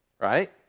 Right